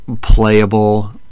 playable